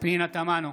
פנינה תמנו,